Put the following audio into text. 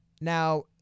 Now